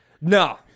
No